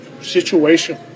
situation